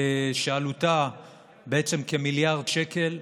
שעלותה בעצם כמיליארד שקל.